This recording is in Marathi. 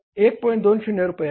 20 रुपये आहे